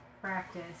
practice